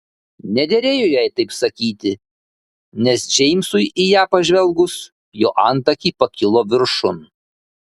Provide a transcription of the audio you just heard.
nederėjo jai taip sakyti nes džeimsui į ją pažvelgus jo antakiai pakilo viršun